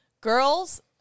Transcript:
Girls